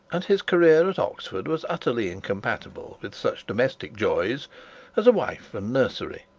and his career at oxford was utterly incompatible with such domestic joys as a wife and nursery.